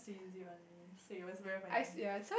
tease you only he was very funny